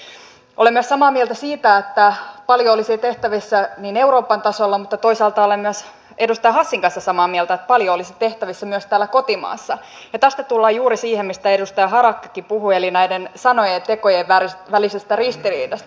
olen myös samaa mieltä siitä että paljon olisi tehtävissä euroopan tasolla mutta toisaalta olen myös edustaja hassin kanssa samaa mieltä että paljon olisi tehtävissä myös täällä kotimaassa ja tästä tullaan juuri siihen mistä edustaja harakkakin puhui eli näiden sanojen ja tekojen välisestä ristiriidasta